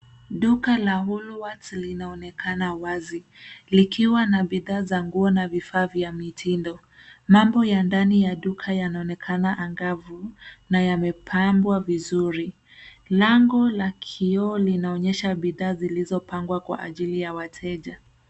Duka la Woolworths linaonekana wazi likiwa na bidhaa za nguo na vifaa vya mitindo. Mambo ya ndani ya nguo yanaonekana angavu na yamepambwa vizuri. Lango la kioo linaonyesha bidhaa zilizo pangwa kwa ajili ya wateja.